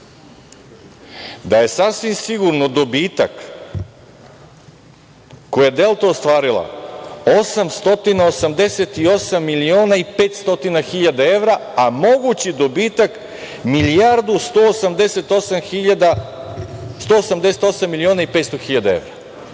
da je sasvim sigurno dobitak koji je „Delta“ ostvarila 888 miliona i 500 hiljada evra, a mogući dobitak milijardu 188 miliona i 500 hiljada